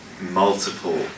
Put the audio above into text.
multiple